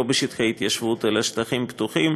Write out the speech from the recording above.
לא בשטחי התיישבות אלא בשטחים פתוחים,